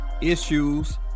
issues